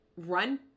run